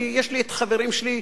יש לי את החברים שלי,